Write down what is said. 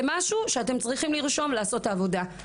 זה משהו שאתם צריכים לרשום לעשות עבודה,